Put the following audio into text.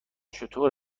چطور